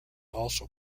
also